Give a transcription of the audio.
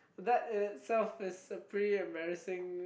that itself is a pretty embarrassing